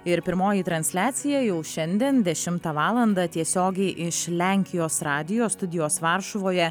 ir pirmoji transliacija jau šiandien dešimtą valandą tiesiogiai iš lenkijos radijo studijos varšuvoje